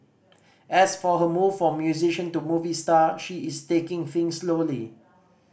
as for her move from musician to movie star she is taking things slowly